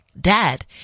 Dad